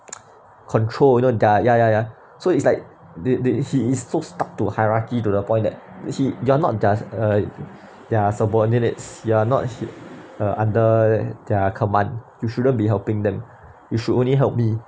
control you know their ya ya ya so it's like did did he is so stuck to hierarchy to the point that he you're not just their subordinates you're not h~ under their command you shouldn't be helping them you should only help me